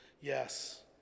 Yes